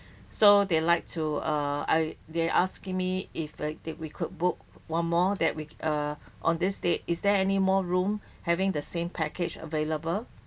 so they like to uh I they're asking me if we could book one more that we err on this date is there any more room having the same package available